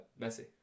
Messi